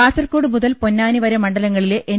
കാസർകോട് മുതൽ പൊന്നാനി വരെ മണ്ഡല ങ്ങളിലെ എൻ